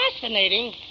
fascinating